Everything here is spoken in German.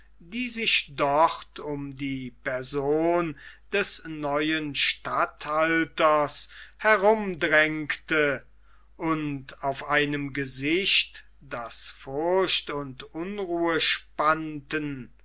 die sich dort um die person des neuen statthalters herumdrängte und auf einem gesichte das furcht und unruhe spannten